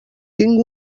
tinc